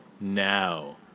now